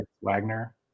Wagner